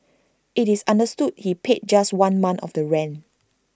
it's understood he paid just one month of the rent